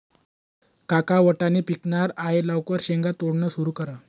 काका वाटाणे पिकणार आहे लवकर शेंगा तोडणं सुरू करा